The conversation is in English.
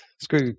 Screw